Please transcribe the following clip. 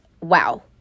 wow